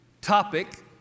topic